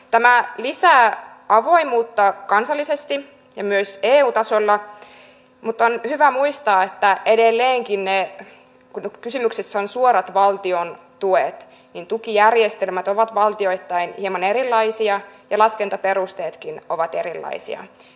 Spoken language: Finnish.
tämä lisää avoimuutta kansallisesti ja myös eu tasolla mutta on hyvä muistaa että edelleenkin kun kysymyksessä on suorat valtiontuet tukijärjestelmät ovat valtioittain hieman erilaisia ja laskentaperusteetkin ovat erilaisia